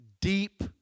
deep